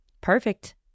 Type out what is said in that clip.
Perfect